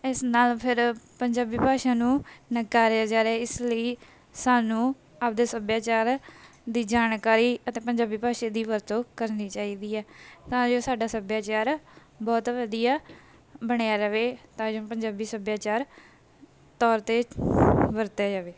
ਇਸ ਨਾਲ ਫਿਰ ਪੰਜਾਬੀ ਭਾਸ਼ਾ ਨੂੰ ਨਕਾਰਿਆ ਜਾ ਰਿਹਾ ਇਸ ਲਈ ਸਾਨੂੰ ਆਪ ਦੇ ਸੱਭਿਆਚਾਰ ਦੀ ਜਾਣਕਾਰੀ ਅਤੇ ਪੰਜਾਬੀ ਭਾਸ਼ਾ ਦੀ ਵਰਤੋਂ ਕਰਨੀ ਚਾਹੀਦੀ ਹੈ ਤਾਂ ਜੋ ਸਾਡਾ ਸੱਭਿਆਚਾਰ ਬਹੁਤ ਵਧੀਆ ਬਣਿਆ ਰਹੇ ਤਾਂ ਜੋ ਪੰਜਾਬੀ ਸੱਭਿਆਚਾਰ ਤੌਰ 'ਤੇ ਵਰਤਿਆ ਜਾਵੇ